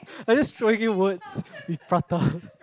I just throwing you a word with prata